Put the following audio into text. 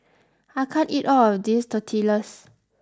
I can't eat all of this Tortillas